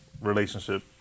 relationship